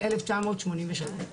1983,